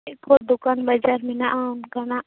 ᱪᱮᱫ ᱠᱚ ᱫᱚᱠᱟᱱ ᱵᱟᱡᱟᱨ ᱢᱮᱱᱟᱜᱼᱟ ᱚᱱᱠᱟᱱᱟᱜ